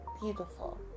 beautiful